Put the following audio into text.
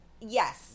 yes